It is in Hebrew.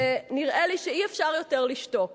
ונראה לי שאי-אפשר יותר לשתוק,